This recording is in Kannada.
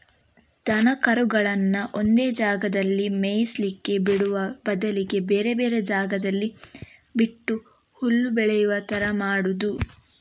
ದನ ಕರುಗಳನ್ನ ಒಂದೇ ಜಾಗದಲ್ಲಿ ಮೇಯ್ಲಿಕ್ಕೆ ಬಿಡುವ ಬದಲಿಗೆ ಬೇರೆ ಬೇರೆ ಜಾಗದಲ್ಲಿ ಬಿಟ್ಟು ಹುಲ್ಲು ಬೆಳೆಯುವ ತರ ಮಾಡುದು